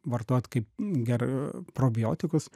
vartojat kaip ger probiotikus